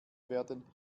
werden